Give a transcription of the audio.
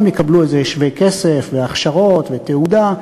וגם יקבלו שווה-כסף והכשרות ותעודה.